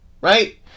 right